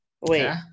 Wait